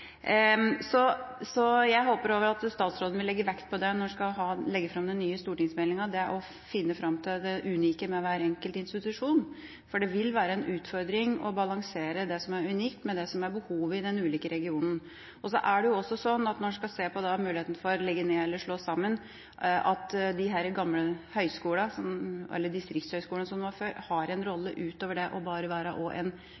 vil legge vekt på det når han skal legge fram den nye stortingsmeldingen – det å finne fram til det unike ved hver enkelt institusjon – for det vil være en utfordring å balansere det som er unikt, med det som er behovet i de ulike regionene. Så er det også slik at når en skal se på muligheten for å legge ned eller slå sammen, har de gamle distriktshøgskolene, som de var før, en rolle utover bare å være en